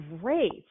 great